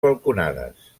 balconades